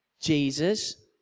Jesus